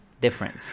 different